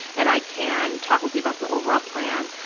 and i can talk with you about the overall plan.